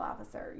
officer